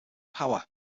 power